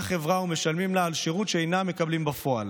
חברה ומשלמים לה על שירות שהם אינם מקבלים בפועל.